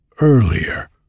earlier